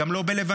וגם לא בלבנון,